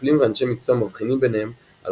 מטפלים ואנשי מקצוע מבחינים ביניהם על